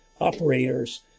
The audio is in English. operators